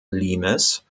limes